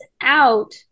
out